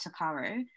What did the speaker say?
Takaro